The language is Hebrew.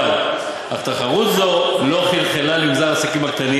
אך תחרות זו לא חלחלה למגזר העסקים הקטנים,